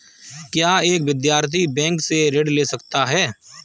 क्या एक विद्यार्थी बैंक से ऋण ले सकता है?